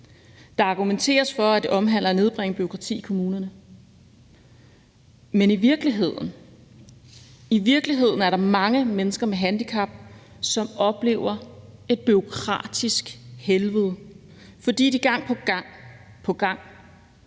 Der argumenteres for, at det omhandler at nedbringe bureaukrati i kommunerne, men i virkeligheden er der mange mennesker med handicap, som oplever et bureaukratisk helvede, fordi de gang på gang ikke